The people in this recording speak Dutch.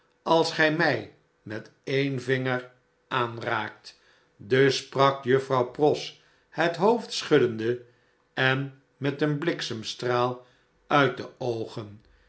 als gij my met een vinger aanraakt dus sprak juffrouw pross het hoofd schuddende en met een bliksemstraal uit de oogen